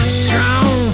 strong